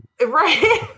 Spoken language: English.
Right